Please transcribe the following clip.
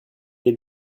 elle